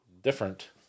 different